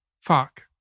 fuck